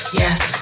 yes